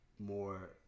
more